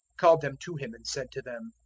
called them to him and said to them,